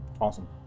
Awesome